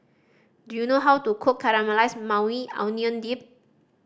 do you know how to cook Caramelized Maui Onion Dip